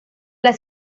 las